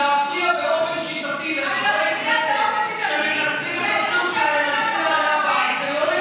אדוני, יושב-ראש הכנסת, עדיין, אולי גם